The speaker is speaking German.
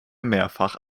mehrfach